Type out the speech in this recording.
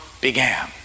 began